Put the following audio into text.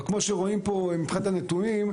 אבל כמו שרואים פה מבחינת הנתונים,